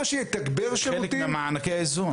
מה שיתגבר שירותים --- זה חלק ממענקי האיזון.